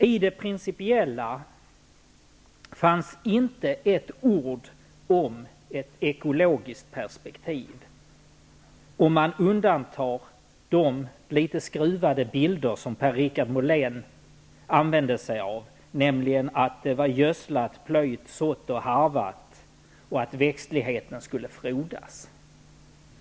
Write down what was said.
I det principiella fanns inte ett ord om ett ekologiskt perspektiv, om man undantar de litet skruvade bilder som Per-Richard Molén använde sig av, nämligen att det var gödslat, plöjt, sått och harvat och att växtligheten skulle frodas.